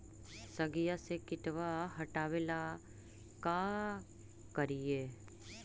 सगिया से किटवा हाटाबेला का कारिये?